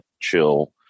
chill